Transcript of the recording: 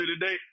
today